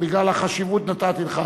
בגלל החשיבות נתתי לך.